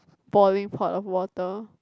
boiling pot of water